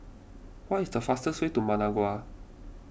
what is the fastest way to Managua